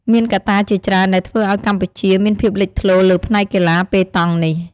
មានកត្តាជាច្រើនដែលធ្វើឱ្យកម្ពុជាមានភាពលេចធ្លោលើផ្នែកកីឡាប៉េតង់នេះ។